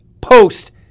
post